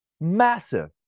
massive